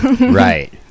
Right